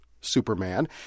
Superman